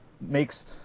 makes